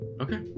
Okay